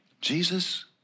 Jesus